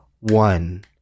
one